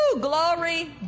Glory